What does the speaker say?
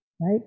right